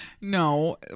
No